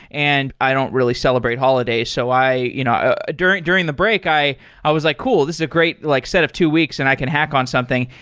and i don't really celebrate holidays. so you know ah during during the break i i was like, cool. this is a great like set of two weeks and i can hack on something,